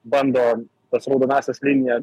bando tas raudonąsias linijas